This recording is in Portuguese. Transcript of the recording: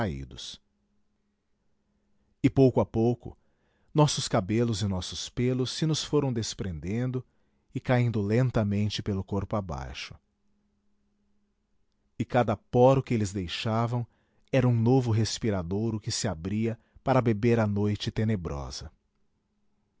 e pouco a pouco nossos cabelos e nossos pêlos se nos foram desprendendo e caindo lentamente pelo corpo abaixo e cada poro que eles deixavam era um novo respiradouro que se abria para beber a noite tenebrosa